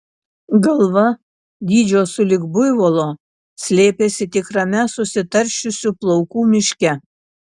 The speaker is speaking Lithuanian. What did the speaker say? galva dydžio sulig buivolo slėpėsi tikrame susitaršiusių plaukų miške